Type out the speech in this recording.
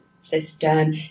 system